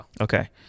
Okay